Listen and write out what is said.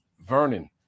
Vernon